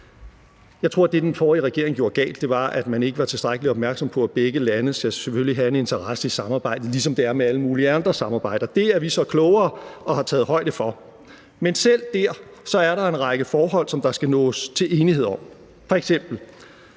Jeg tror, at det, den forrige regering gjorde galt, var, at man ikke var tilstrækkelig opmærksom på, at begge lande selvfølgelig skal have en interesse i samarbejdet, ligesom det er med alle mulige andre samarbejder. Der er vi så klogere, og det har vi taget højde for. Men selv der er der nogle forhold, som der skal nås til enighed om, f.eks.